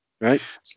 Right